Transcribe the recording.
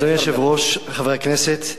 אדוני היושב-ראש, חברי הכנסת,